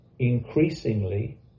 Increasingly